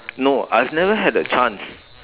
no I've never had a chance